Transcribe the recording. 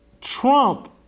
Trump